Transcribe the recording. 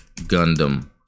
Gundam